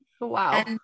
Wow